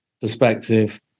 perspective